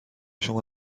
شما